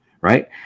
right